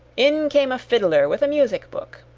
in came a fiddler with a music-book,